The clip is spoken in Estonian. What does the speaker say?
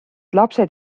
lapsed